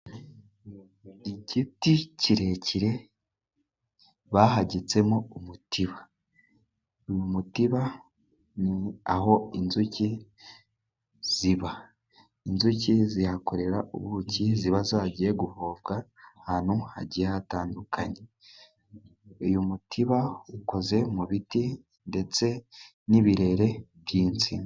Igiti kirekire bahagitsemo umutiba; mu mutiba aho inzuki ziba, inzuki zihakorera ubuki ziba zagiye guhomvwa, ahantu hagiye hatandukanye, uyu mutiba ukoze mu biti ndetse n' ibirere by' insina.